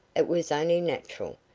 it was only natural,